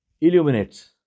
illuminates